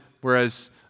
Whereas